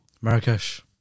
Marrakesh